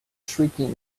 shrieking